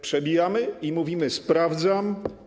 Przebijamy i mówimy: sprawdzam.